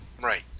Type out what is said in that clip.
right